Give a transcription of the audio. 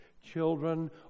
Children